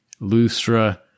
Lustra